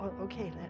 Okay